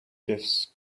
gives